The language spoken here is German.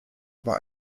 über